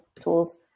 tools